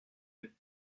belle